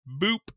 Boop